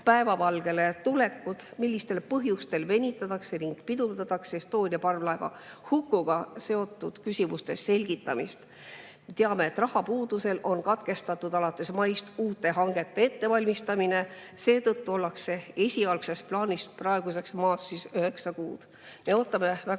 päevavalgele tulekut? Millistel põhjustel venitatakse ning pidurdatakse Estonia parvlaeva hukuga seotud küsimustele [vastuste välja] selgitamist? Me teame, et rahapuuduse tõttu on katkestatud alates maist uute hangete ettevalmistamine, seetõttu ollakse esialgsest plaanist praeguseks maas üheksa kuud.